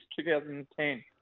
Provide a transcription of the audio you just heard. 2010